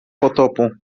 potopu